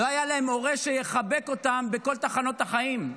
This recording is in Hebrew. לא היה להם הורה שיחבק אותם בכל תחנות החיים.